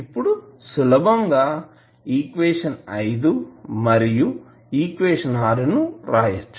ఇప్పుడు సులభంగా ఈక్వేషన్ మరియు వ్రాయచ్చు